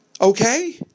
Okay